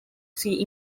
see